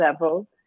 level